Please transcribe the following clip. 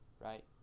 right